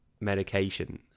medication